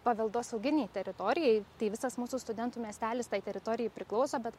paveldosauginei teritorijai tai visas mūsų studentų miestelis tai teritorijai priklauso bet